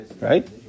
Right